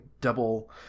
double